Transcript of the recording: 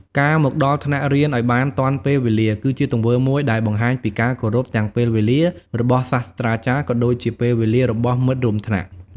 ការ មកដល់ថ្នាក់រៀនឱ្យបានទាន់ពេលវេលា គឺជាទង្វើមួយដែលបង្ហាញពីការគោរពទាំងពេលវេលារបស់សាស្រ្តាចារ្យ ក៏ដូចជាពេលវេលារបស់មិត្តរួមថ្នាក់។